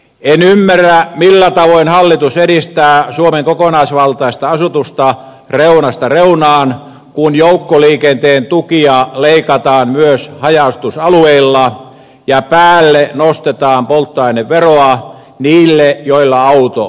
en ymmärrä millä tavoin hallitus edistää suomen kokonaisvaltaista asutusta reunasta reunaan kun joukkoliikenteen tukia leikataan myös haja asutusalueilla ja päälle nostetaan polttoaineveroa niillä joilla auto vielä on